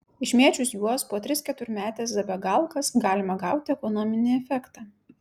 išmėčius juos po tris keturmetes zabegalkas galima gauti ekonominį efektą